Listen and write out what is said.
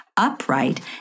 Upright